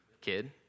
kid